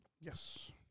Yes